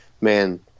man